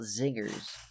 zingers